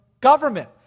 government